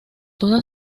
toda